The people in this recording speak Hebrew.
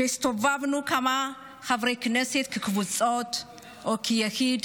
כשהסתובבנו כמה חברי כנסת כקבוצות או יחידים,